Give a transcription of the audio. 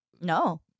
No